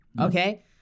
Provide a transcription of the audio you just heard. Okay